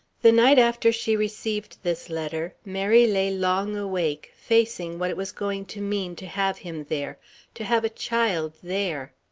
the night after she received this letter, mary lay long awake, facing what it was going to mean to have him there to have a child there.